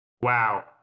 Wow